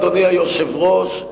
אדוני היושב-ראש,